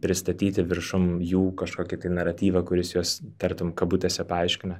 pristatyti viršum jų kažkokį tai naratyvą kuris juos tartum kabutėse paaiškina